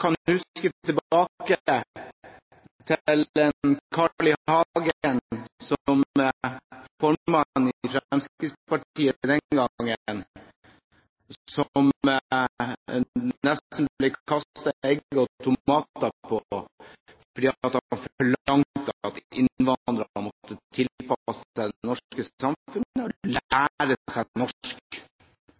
til da Carl I. Hagen, som formann i Fremskrittspartiet den gangen, nesten ble kastet egg og tomater på, fordi han forlangte at innvandrere måtte tilpasse seg det norske samfunnet og lære seg norsk.